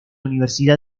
universidad